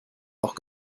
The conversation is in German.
auch